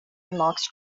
remarks